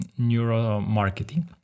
neuromarketing